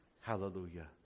hallelujah